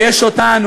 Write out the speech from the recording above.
ויש אנחנו,